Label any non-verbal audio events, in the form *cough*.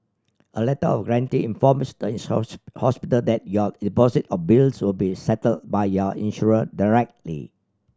a Letter of Guarantee informs the *unintelligible* hospital that your deposit or bills will be settled by your insurer directly